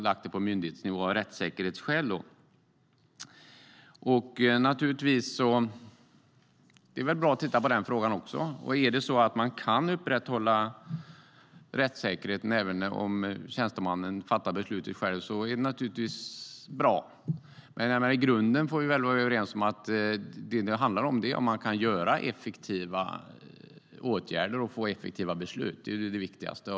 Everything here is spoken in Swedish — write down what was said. Av rättssäkerhetsskäl har man därför lagt det på myndighetsnivå. Och det är väl bra att titta även på den frågan. Det är naturligtvis bra om man kan upprätthålla rättssäkerheten även om tjänstemannen fattar beslutet själv. Men vi får väl vara överens om att det i grunden handlar om ifall man kan åstadkomma effektiva åtgärder och få effektiva beslut. Det är det viktigaste.